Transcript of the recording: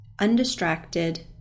undistracted